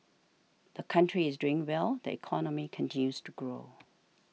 the country is doing well the economy continues to grow